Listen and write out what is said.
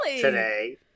today